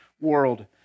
world